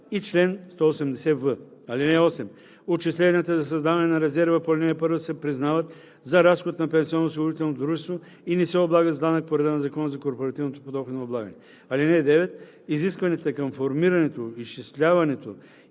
и чл. 180в. (8) Отчисленията за създаване на резерва по ал. 1 се признават за разход на пенсионноосигурителното дружество и не се облагат с данък по реда на Закона за корпоративното подоходно облагане. (9) Изискванията към формирането, изчисляването